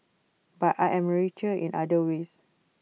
but I am richer in other ways